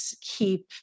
keep